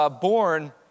born